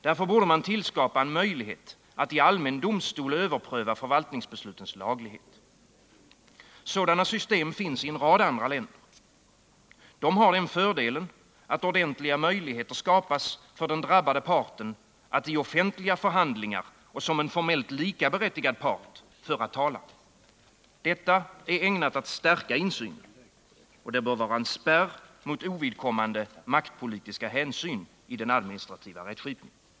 Därför borde man tillskapa möjlighet att i allmän domstol överpröva förvaltningsbeslutens laglighet. Sådana system finns i en rad andra länder. De har den fördelen att ordentliga möjligheter skapas för den drabbade parten att i offentliga förhandlingar och som en formellt likaberättigad part föra talan. Detta är ägnat att stärka insynen. Det bör vara en spärr mot ovidkommande maktpolitiska hänsyn i den administrativa rättskipningen.